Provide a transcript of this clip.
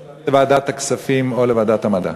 אני מבקש להעביר לוועדת הכספים או לוועדת המדע.